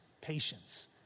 patience